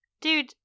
Dude